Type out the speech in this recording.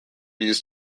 used